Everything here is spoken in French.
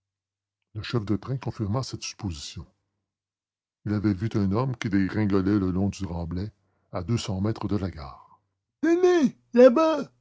le chef de train confirma cette supposition il avait vu un homme qui dégringolait le long du remblai à deux cents mètres de la gare